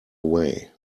away